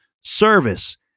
service